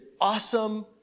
awesome